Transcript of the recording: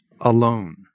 alone